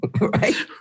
Right